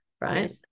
right